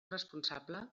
responsable